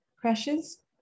crashes